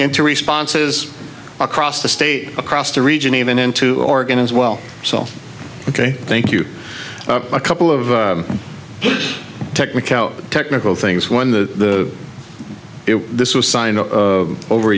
into responses across the state across the region even into oregon is well so ok thank you a couple of technicality technical things when the if this was signed over